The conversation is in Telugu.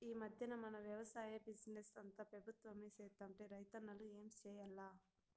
ఈ మధ్దెన మన వెవసాయ బిజినెస్ అంతా పెబుత్వమే సేత్తంటే రైతన్నలు ఏం చేయాల్ల